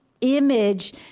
image